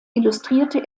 illustrierte